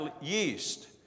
yeast